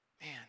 man